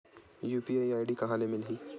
UPI ID कहां ले मिलही?